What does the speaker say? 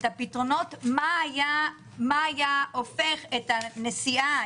את הפתרונות מה היה הופך את הנסיעה,